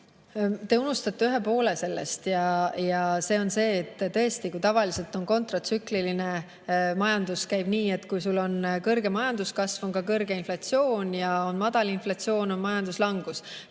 Te unustate ühe poole sellest. Ja see on see, et tõesti, kui tavaliselt kontratsükliline majandus käib nii, et kui sul on kõrge majanduskasv, on ka kõrge inflatsioon, ja on madal inflatsioon, kui on majanduslangus.